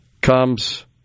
comes